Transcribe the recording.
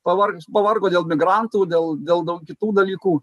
pavargus pavargo dėl migrantų dėl dėl daug kitų dalykų